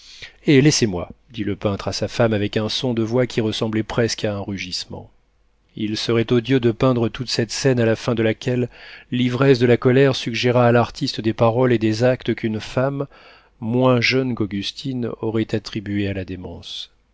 eh laissez-moi dit le peintre à sa femme avec un son de voix qui ressemblait presque à un rugissement il serait odieux de peindre toute cette scène à la fin de laquelle l'ivresse de la colère suggéra à l'artiste des paroles et des actes qu'une femme moins jeune qu'augustine aurait attribués à la démence